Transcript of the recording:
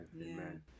Amen